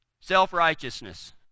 self-righteousness